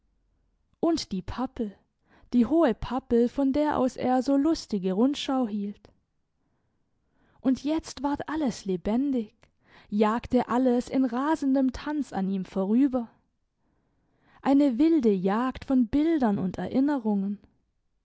und die pappel die hohe pappel von der aus er so lustige rundschau hielt und jetzt ward alles lebendig jagte alles in rasendem tanz an ihm vorüber eine wilde jagd von bildern und erinnerungen